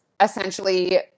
essentially